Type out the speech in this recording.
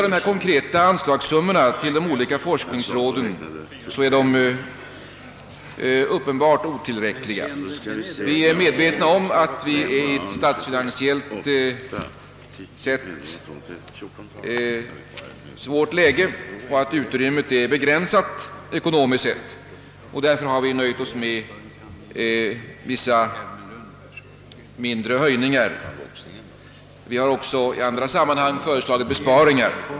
De konkreta anslagssummorna till de olika forskningsråden är uppenbart otillräckliga. Vi är medvetna om att vi statsfinansiellt befinner oss i ett svårt läge och att det ekonomiska utrymmet är begränsat. Därför har vi nöjt oss med att föreslå vissa mindre höjningar. I andra sammanhang har vi också föreslagit besparingar.